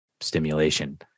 stimulation